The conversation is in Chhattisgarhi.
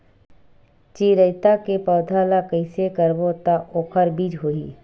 चिरैता के पौधा ल कइसे करबो त ओखर बीज होई?